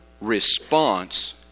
response